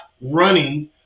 running